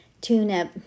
tune-up